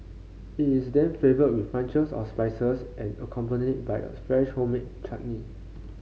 it is then flavoured with punches of spices and accompanied by a fresh homemade chutney